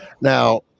now